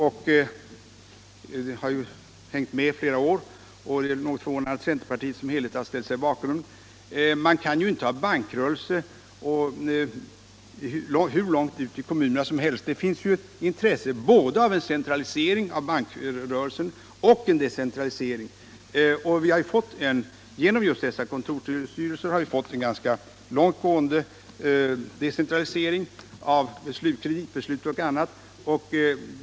Den har hängt med i flera år, och det är något förvånande att centerpartiet som helhet har ställt sig bakom den. Man kan ju inte bedriva bankrörelse hur långt ut i kommunerna som helst. Det finns ju ett intresse av både centralisering och decentralisering när det gäller bankrörelsen. Genom dessa kontorsstyrelser har vi ju fått en ganska långtgående decentralisering av kreditbeslut och annat.